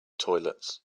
toilets